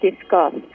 discuss